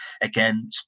again